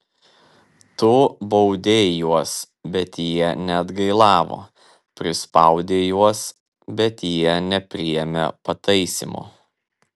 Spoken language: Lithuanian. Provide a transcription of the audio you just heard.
tu baudei juos bet jie neatgailavo prispaudei juos bet jie nepriėmė pataisymo